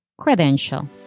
credential